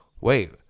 Wait